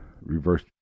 reverse